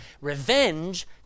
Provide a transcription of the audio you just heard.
revenge